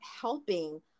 helping